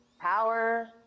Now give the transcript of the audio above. power